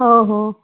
हो हो